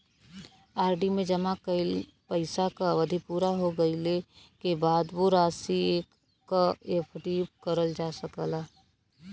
RD में जमा कइल गइल पइसा क अवधि पूरा हो गइले क बाद वो राशि क एफ.डी करल जा सकल जाला